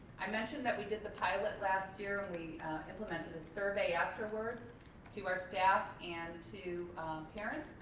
i mentioned that we did the pilot last year and we implemented a survey afterwards to our staff and to parents.